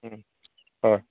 हय